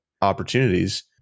opportunities